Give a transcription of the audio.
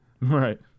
Right